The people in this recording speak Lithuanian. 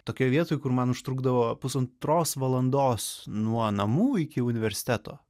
tokioj vietoj kur man užtrukdavo pusantros valandos nuo namų iki universiteto